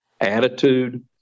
Attitude